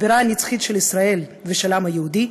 הבירה הנצחית של ישראל ושל העם היהודי,